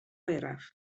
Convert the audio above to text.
oeraf